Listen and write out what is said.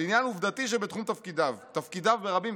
עניין עובדתי שבתחום תפקידיו" תפקידיו ברבים,